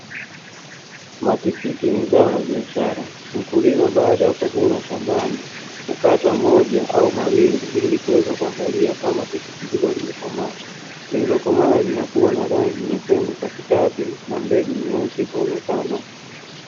Matikiti ni zao la biashara; mkulima baada ya kuvuna shambani hukata moja au mawili, ili kuweza kuangalia kama tikiti hilo limekomaa, lililokomaa linakuwa na rangi nyekundu katikati, na mbegu nyeusi kuonekana.